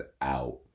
out